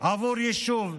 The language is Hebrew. בעבור יישוב.